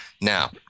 Now